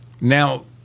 Now